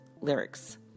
lyrics